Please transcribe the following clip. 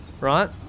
right